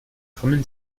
kommen